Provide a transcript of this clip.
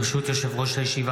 ברשות יושב-ראש הישיבה,